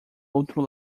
outro